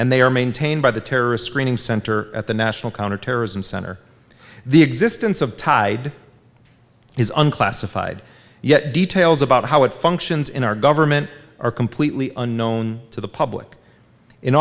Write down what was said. and they are maintained by the terrorist screening center at the national counterterrorism center the existence of tied his unclassified yet details about how it functions in our government are completely unknown to the public in